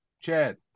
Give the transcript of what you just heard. Chad